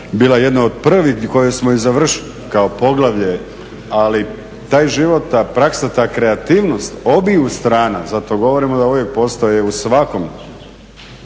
bila jedna od prvih koju smo završili kao poglavlje, ali taj život, da praksa, ta kreativnost obiju strana, zato govorimo da uvijek postoje u svakom